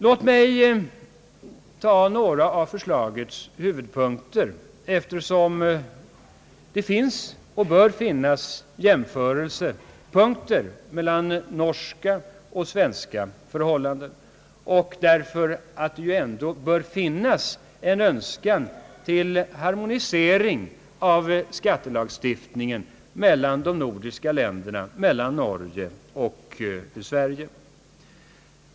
Låt mig ta några av förslagets huvudpunkter, eftersom det finns och bör finnas jämförelsepunkter mellan norska och svenska förhållanden och därför att det ändå bör finnas en önskan om harmoniering av skattelagstiftningen mellan Norge och Sverige och mellan de nordiska länderna över huvud taget.